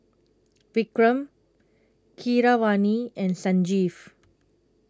Vikram Keeravani and Sanjeev